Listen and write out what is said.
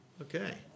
Okay